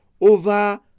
over